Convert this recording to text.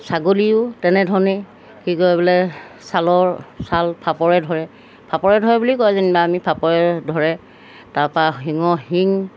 ছাগলীও তেনেধৰণেই কি কয় বোলে ছালৰ ছাল ফাপৰে ধৰে ফাপৰে ধৰে বুলি কয় যেনিবা আমি ফাপৰে ধৰে তাৰপৰা আৰু শিঙৰ শিং